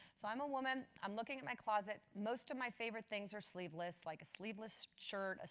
so i'm a woman, i'm looking at my closet. most of my favorite things are sleeveless, like a sleeveless shirt,